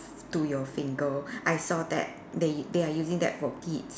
to your finger I saw that they they are using that for kids